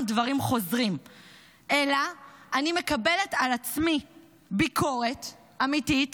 דברים חוזרים אלא אני מקבלת על עצמי ביקורת אמיתית,